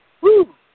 Woo